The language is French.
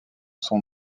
son